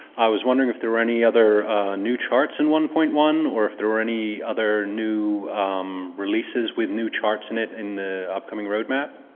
i was wondering if there were any other new charts in one point one, or if there were any other new releases with new charts in it in the upcoming roadmap?